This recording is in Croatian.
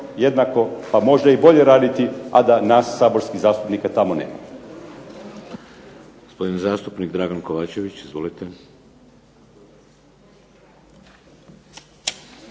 pa možda i bolje raditi, a da nas saborskih zastupnika tamo nema.